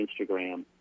Instagram